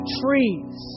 trees